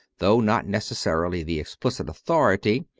though not necessarily the explicit authority,